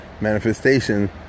manifestation